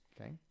Okay